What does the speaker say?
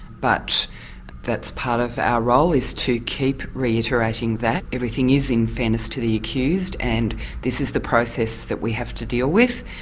but that's part of our role, is to keep reiterating that. everything is in fairness to the accused, and this is the process that we have to deal with,